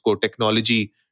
technology